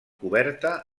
coberta